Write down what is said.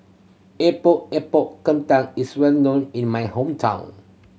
Epok Epok Kentang is well known in my hometown